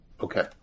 Okay